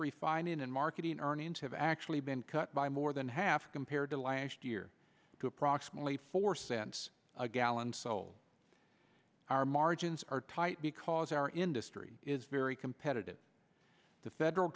refining and marketing earnings have actually been cut by more than half compared to last year proximately four cents a gallon so our margins are tight because our industry is very competitive the federal